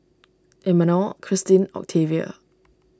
Imanol Christin Octavia